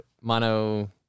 mono